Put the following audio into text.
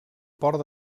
port